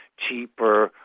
cheaper,